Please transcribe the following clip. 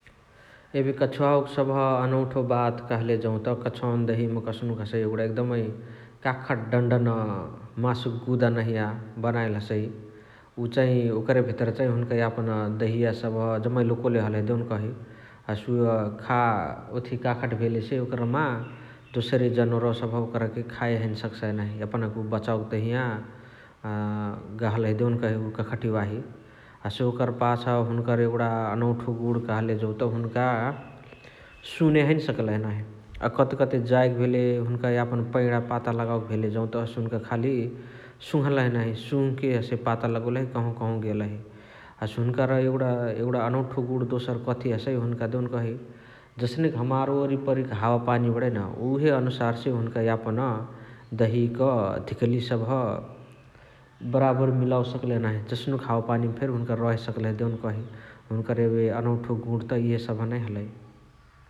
एबे कछुवाक सबह अनौथो बात कहाँले जौत कछुवा वनी दहिया मा कस्नुक हसइ एगुणा एकदमै काखट डनडन मासुक गुदा नहिया बनाइल हसइ । उ चाइ ओकरे भितर यापन दहिया सबह जम्मै लोकोले हलही देउनकही । हसे उअ खा ओथिय काखत भेलेसे ओकरमा दोसारी दोसारी जनोरवा सबह ओकरके खाए हैने सकसाइ नाही । एपनाके उ बचावोके तहिया गहलही देउनकही उ कखति वाही । हसे ओकरा पाछा हुनुकर एगुणा अनौठो गुण कहले जौत हुन्का सुने हैने सकलही नाही । अ कते कते जाएके भेले हुन्का यापन पैणा पाता लगावके भेले जौत हुन्का खाली सुङ्हलही नाही । सुङ्हके हसे पाता लगोलही कहवा कहवा गेलही । हसे हुनुकर एगुणा अनौठो गुणा दोसर काठएए हसइ हुन्का देउनकही जस्नेकी हमार वरिपरी क हावा पानी बणइन उहे अनुसारसे हुन्का यापन दहिक धिकाली सबह बाराअबर मिलावे सकलही नाही । जस्नुक हावा पानीमा फेरी हुन्का रहे सकलही देउनकही । हुन्करा अनौठो गुणा त एबे इहे सबह नै हलइ ।